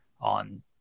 on